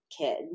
kid